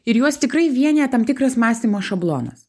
ir juos tikrai vienija tam tikras mąstymo šablonas